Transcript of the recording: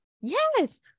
Yes